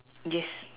yes